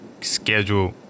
schedule